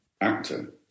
actor